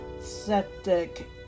septic